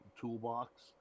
toolbox